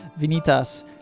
Venitas